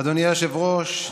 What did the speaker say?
אדוני היושב-ראש,